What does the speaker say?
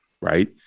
Right